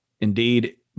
Indeed